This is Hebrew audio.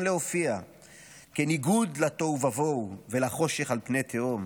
להופיע כניגוד לתוהו ובוהו ולחושך על פני תהום.